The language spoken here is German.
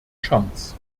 chance